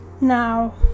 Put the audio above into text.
Now